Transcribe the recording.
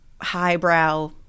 highbrow